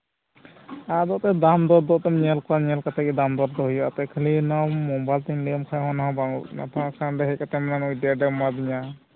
ᱟᱫᱚ ᱮᱱᱛᱮᱫ ᱫᱟᱢ ᱫᱚᱨ ᱫᱚ ᱮᱱᱛᱮᱜ ᱮᱢ ᱧᱮᱞ ᱠᱚᱣᱟ ᱧᱮᱞ ᱠᱟᱛᱮᱫ ᱜᱮ ᱫᱟᱢ ᱫᱚᱨ ᱫᱚ ᱦᱩᱭᱩᱜᱼᱟ ᱟᱯᱮ ᱠᱷᱟᱹᱞᱤ ᱱᱚᱣᱟ ᱢᱳᱵᱟᱭᱤᱞ ᱛᱤᱧ ᱞᱟᱹᱭᱟᱢ ᱠᱷᱟᱱ ᱵᱟᱝ ᱜᱟᱱᱚᱜ ᱟᱛᱚ ᱟᱫᱚ ᱵᱟᱠᱷᱟᱱ ᱱᱚᱰᱮ ᱟᱹᱰᱤ ᱟᱸᱴᱮᱢ ᱮᱢᱟ ᱫᱤᱧᱟ